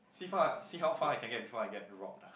see far see how far I can get before I get robbed ah